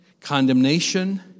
condemnation